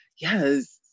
yes